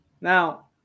Now